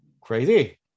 crazy